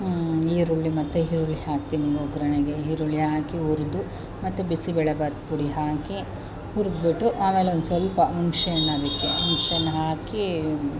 ಈರುಳ್ಳಿ ಮತ್ತೆ ಈರುಳ್ಳಿ ಹಾಕ್ತೀನಿ ಒಗ್ಗರಣೆಗೆ ಈರುಳ್ಳಿ ಹಾಕಿ ಹುರಿದು ಮತ್ತೆ ಬಿಸಿಬೇಳೆ ಬಾತ್ ಪುಡಿ ಹಾಕಿ ಹುರಿದ್ಬಿಟ್ಟು ಆಮೇಲೆ ಒಂದು ಸ್ವಲ್ಪ ಹುಣಸೇ ಹಣ್ಣು ಅದಕ್ಕೆ ಹುಣಸೇಹಣ್ಣು ಹಾಕಿ